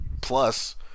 Plus